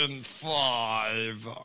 five